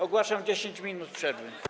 Ogłaszam 10 minut przerwy.